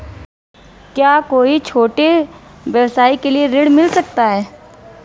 क्या कोई छोटे व्यवसाय के लिए ऋण मिल सकता है?